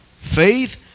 faith